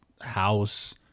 house